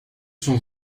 sont